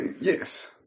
Yes